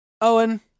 Owen